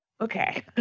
Okay